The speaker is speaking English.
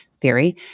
theory